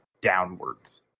downwards